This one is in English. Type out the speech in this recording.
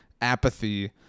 apathy